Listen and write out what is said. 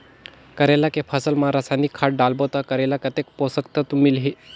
करेला के फसल मा रसायनिक खाद डालबो ता करेला कतेक पोषक तत्व मिलही?